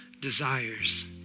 desires